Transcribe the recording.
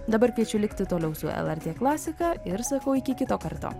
dabar kviečiu likti toliau su lrt klasika ir sakau iki kito karto